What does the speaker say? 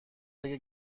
اگه